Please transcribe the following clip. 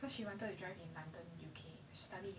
cause she wanted to drive in london U_K she study in U_K